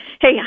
hey